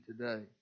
today